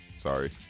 Sorry